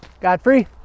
Godfrey